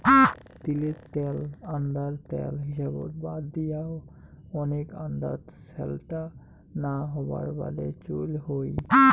তিলের ত্যাল আন্দার ত্যাল হিসাবত বাদ দিয়াও, ওনেক আন্দাত স্যালটা না হবার বাদে চইল হই